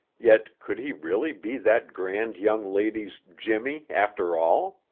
yet could he really be that grand young lady's jimmie, after all?